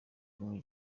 king